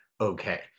okay